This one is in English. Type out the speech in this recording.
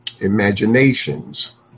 imaginations